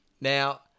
Now